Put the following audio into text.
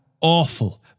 awful